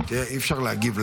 אי-אפשר להגיב.